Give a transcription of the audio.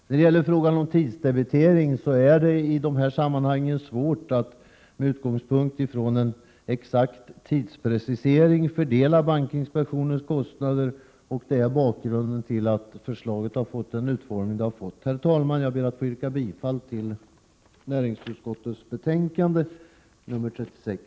När det gäller frågan om tidsdebitering är det i dessa sammanhang svårt att med utgångspunkt från en exakt tidsprecisering fördela bankinspektionens kostnader, och det är bakgrunden till att förslaget har fått den utformning det har fått. Herr talman! Jag ber att få yrka bifall till näringsutskottets hemställan i betänkande 36.